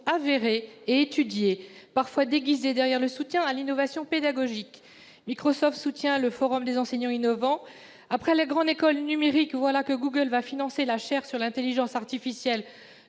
avérées et étudiées, parfois déguisées derrière le soutien à l'innovation pédagogique : Microsoft soutient le forum des enseignants innovants ; après la Grande École du numérique, voilà que Google va financer la chaire sur l'intelligence artificielle